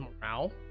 morale